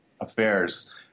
affairs